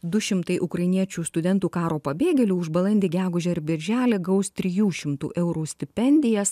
du šimtai ukrainiečių studentų karo pabėgėlių už balandį gegužę ir birželį gaus trijų šimtų eurų stipendijas